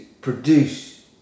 produce